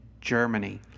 Germany